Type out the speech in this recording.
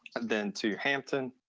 then to hampton.